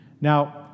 Now